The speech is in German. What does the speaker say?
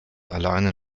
alleine